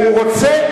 הוא רוצה.